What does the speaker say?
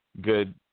good